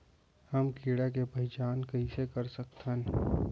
हम कीड़ा के पहिचान कईसे कर सकथन